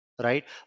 right